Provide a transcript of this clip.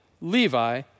Levi